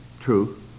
True